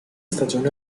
stagione